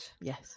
yes